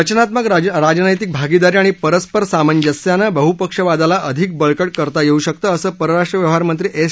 रचनात्नक राजनैतिक भागीदारी आणि परस्पर सामंजस्यनं बहपक्षवादाला अधिक बळकट करता येऊ शकत असं परराष्ट्र व्यवहार मंत्री एस